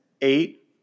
eight